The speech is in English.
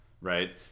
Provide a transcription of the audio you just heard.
right